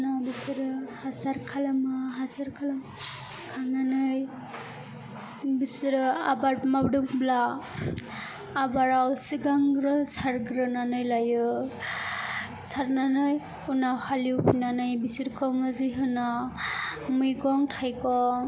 उनाव बिसोरो हासार खालामो हासार खालामखांनानै बिसोरो आबाद मावदोंब्ला आबादाव सिगांग्रो सारग्रोनानै लायो सारनानै उनाव हालेवहोनानै बिसोरखौ मुजिहोना मैगं थायगं